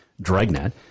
Dragnet